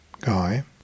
guy